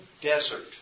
desert